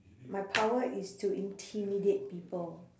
my power is to intimidate people